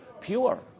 pure